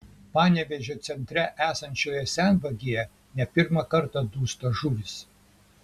panevėžio centre esančioje senvagėje ne pirmą kartą dūsta žuvys